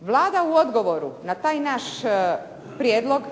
Vlada u odgovoru na taj naš prijedlog